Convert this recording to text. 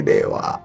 Deva